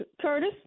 Curtis